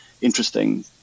interesting